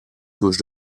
gauche